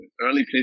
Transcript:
early